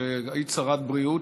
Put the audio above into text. כשהיית שרת בריאות,